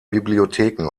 bibliotheken